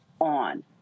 on